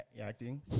Acting